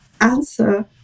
answer